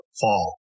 fall